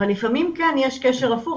אבל לפעמים יש קשר הפוך,